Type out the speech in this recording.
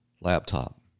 laptop